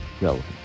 relevant